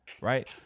right